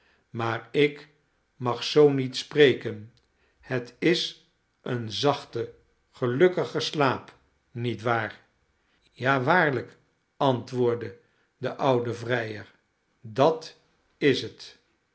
maar ik mag zoo niet spreken het is een zachte gelukkige slaap niet waar ja waarlijk antwoordde de oude vrijer dat is het